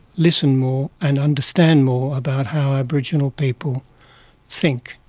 listen more and understand more about how aboriginal people think,